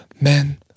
men